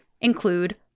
include